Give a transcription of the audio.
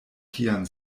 tian